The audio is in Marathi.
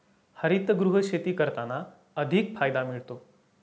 हरितगृह शेती करताना अधिक फायदा मिळतो